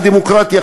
הדמוקרטיה,